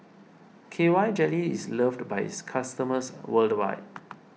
K Y jelly is loved by its customers worldwide